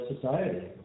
society